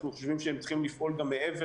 אנחנו חושבים שהם צריכים לפעול גם מעבר